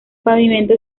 pavimento